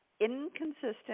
inconsistent